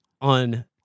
on